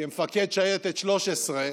כמפקד שייטת 13,